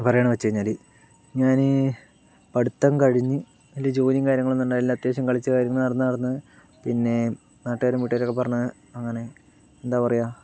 പറയണ എന്നു വെച്ചു കഴിഞ്ഞാൽ ഞാൻ പഠിത്തം കഴിഞ്ഞ് വല്ല്യ ജോലിയും കാര്യങ്ങളൊന്നും ഉണ്ടായില്ല അത്യാവശ്യം കളിച്ച് നടന്ന് നടന്ന് നടന്ന് പിന്നെ നാട്ടുകാരും വീട്ടുകാരൊക്കെ പറഞ്ഞ് അങ്ങനെ എന്താ പറയുക